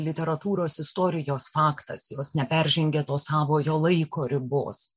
literatūros istorijos faktas jos neperžengia to savojo laiko ribos